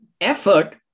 effort